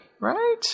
right